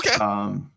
Okay